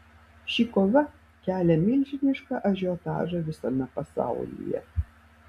ši kova kelia milžinišką ažiotažą visame pasaulyje